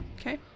Okay